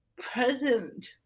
present